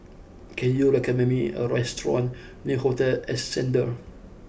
can you recommend me a restaurant near Hotel Ascendere